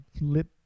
lip